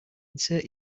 insert